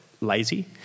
lazy